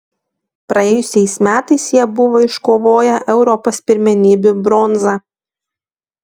praėjusiais metais jie buvo iškovoję europos pirmenybių bronzą